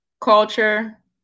culture